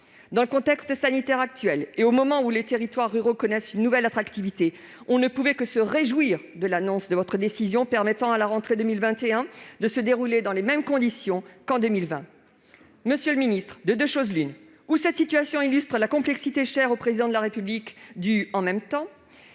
Dans le contexte sanitaire actuel, au moment où les territoires ruraux connaissent un regain d'attractivité, on ne pouvait que se réjouir de l'annonce de votre décision, qui devait permettre que la rentrée 2021 se déroule dans les mêmes conditions que la rentrée 2020. Monsieur le ministre, de deux choses l'une : soit cette situation illustre la complexité, chère au Président de la République, du « en même temps »,